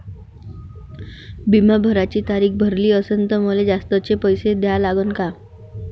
बिमा भराची तारीख भरली असनं त मले जास्तचे पैसे द्या लागन का?